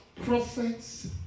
prophets